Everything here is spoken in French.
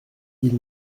ils